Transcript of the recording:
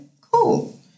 cool